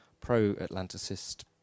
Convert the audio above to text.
pro-Atlanticist